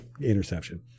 interception